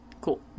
Cool